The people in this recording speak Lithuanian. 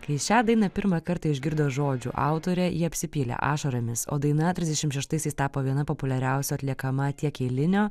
kai šią dainą pirmą kartą išgirdo žodžių autorė ji apsipylė ašaromis o daina trisdešim šeštaisiais tapo viena populiariausių atliekama tiek eilinio